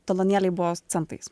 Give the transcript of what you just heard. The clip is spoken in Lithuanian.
talonėliai buvo centais